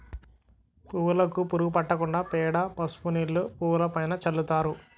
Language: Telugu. పువ్వులుకు పురుగు పట్టకుండా పేడ, పసుపు నీళ్లు పువ్వులుపైన చల్లుతారు